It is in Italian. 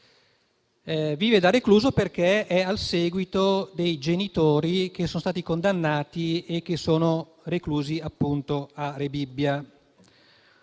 Vive da recluso perché è al seguito dei genitori, che sono stati condannati e sono reclusi appunto a Rebibbia.